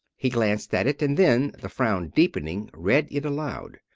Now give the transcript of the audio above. he glanced at it, and then, the frown deepening, read it aloud.